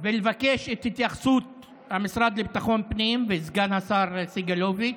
ולבקש את התייחסות המשרד לביטחון הפנים וסגן השר סגלוביץ'.